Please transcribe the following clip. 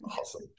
Awesome